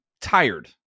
tired